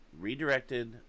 redirected